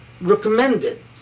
recommended